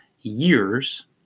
years